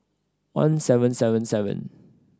one seven seven seven